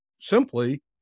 simply